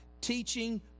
teaching